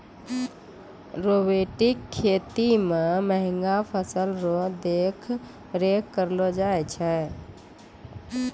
robotic खेती मे महंगा फसल रो देख रेख करलो जाय छै